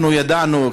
אנחנו ידענו,